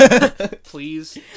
Please